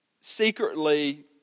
secretly